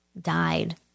died